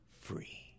free